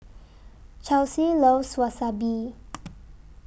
Chelsea loves Wasabi